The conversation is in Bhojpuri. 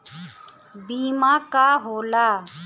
बीमा का होला?